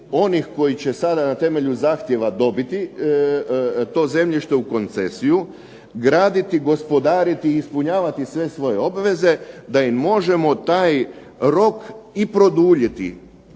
onih koji će sada na temelju zahtjeva dobiti to zemljište u koncesiju, graditi, gospodariti i ispunjavati sve svoje obveze, da im možemo taj rok i produljiti,